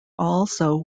also